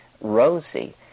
rosy